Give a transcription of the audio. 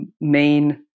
main